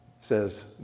says